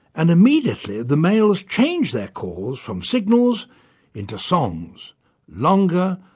and immediately the males change their calls from signals into songs longer,